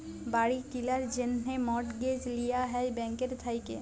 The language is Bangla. বাড়ি কিলার জ্যনহে মর্টগেজ লিয়া হ্যয় ব্যাংকের থ্যাইকে